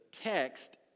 text